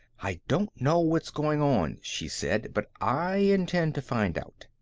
i don't know what's going on, she said. but i intend to find out.